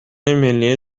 ملی